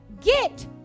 get